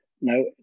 No